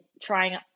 trying